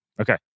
Okay